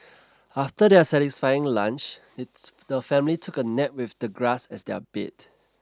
after their satisfying lunch the family took a nap with the grass as their bed